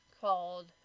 called